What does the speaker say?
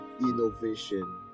innovation